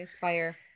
Fire